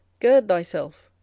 gird thyself,